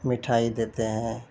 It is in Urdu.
مٹھائی دیتے ہیں